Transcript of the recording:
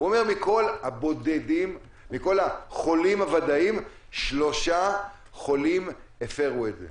מכל החולים הוודאיים, שלושה חולים הפרו את זה.